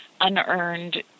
unearned